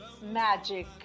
magic